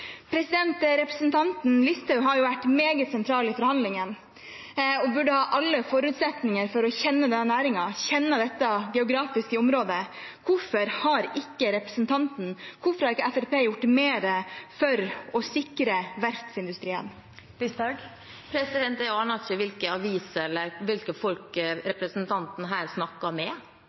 Representanten Listhaug har vært meget sentral i forhandlingene og burde ha alle forutsetninger for å kjenne denne næringen, kjenne dette geografiske området. Hvorfor har ikke representanten og Fremskrittspartiet gjort mer for å sikre verftsindustrien? Jeg aner ikke hvilken avis eller hvilke folk representanten her har snakket med.